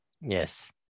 Yes